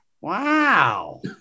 Wow